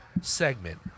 segment